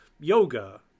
yoga